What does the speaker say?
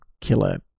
killer